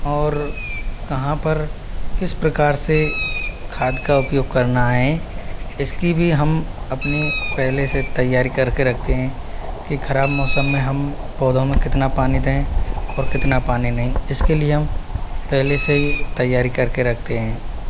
और कहाँ पर किस प्रकार से खाद का उपयोग करना है इसकी भी हम अपने पहले से तैयारी करके रखते हैं कि खराब मौसम में हम पौधों में कितना पानी दें और कितना पानी नई इसके लिए हम पहले से ही तैयारी करके रखते हैं